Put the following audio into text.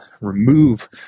remove